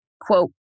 quote